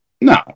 No